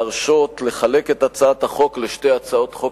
להרשות לחלק את הצעת החוק לשתי הצעות חוק